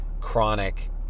chronic